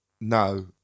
no